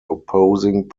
opposing